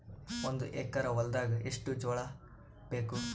ಒಂದು ಎಕರ ಹೊಲದಾಗ ಎಷ್ಟು ಜೋಳಾಬೇಕು?